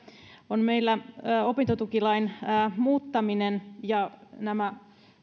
on meillä opintotukilain muuttaminen ja nämä